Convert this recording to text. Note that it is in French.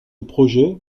projet